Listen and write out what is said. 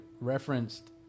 referenced